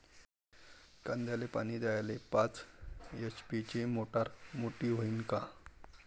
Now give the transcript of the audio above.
कांद्याले पानी द्याले पाच एच.पी ची मोटार मोटी व्हईन का?